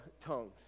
tongues